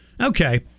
Okay